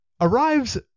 arrives